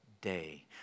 day